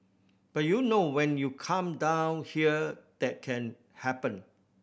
but you know when you come down here that can happen